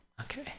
Okay